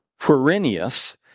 Quirinius